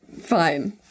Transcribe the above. Fine